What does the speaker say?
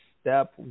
step